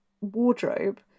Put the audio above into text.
wardrobe